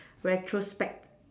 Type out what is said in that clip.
retrospect